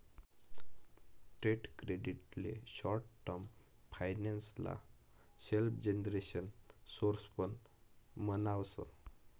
trade credit ले short term finance ना self generation source पण म्हणावस